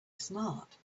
smart